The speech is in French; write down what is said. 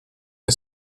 est